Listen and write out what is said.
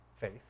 faith